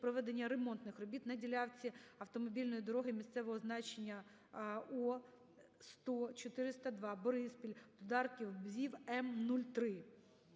проведення ремонтних робіт на ділянці автомобільної дороги місцевого значення О100402 Бориспіль-Дударків-Бзів-/М-03/.